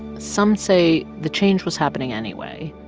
some say the change was happening anyway